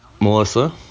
Melissa